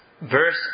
verse